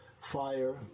fire